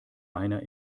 einer